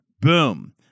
boom